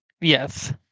Yes